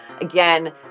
Again